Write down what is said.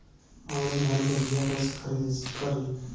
Online धान के बीया कइसे खरीद करी?